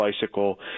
bicycle